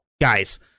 guys